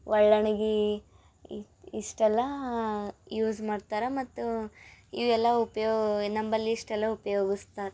ಒಳ್ಳಣಗಿ ಇಷ್ಟೆಲ್ಲ ಯೂಸ್ ಮಾಡ್ತಾರೆ ಮತ್ತು ಇವೆಲ್ಲ ಉಪ್ಯೋ ನಮ್ಮಲ್ಲಿ ಇಷ್ಟೆಲ್ಲ ಉಪ್ಯೋಗಿಸ್ತಾರೆ